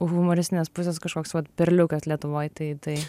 humoristinės pusės kažkoks perliukas lietuvoj tai tai